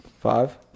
Five